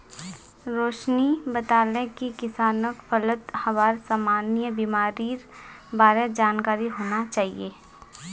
रोशिनी बताले कि किसानक फलत हबार सामान्य बीमारिर बार जानकारी होना चाहिए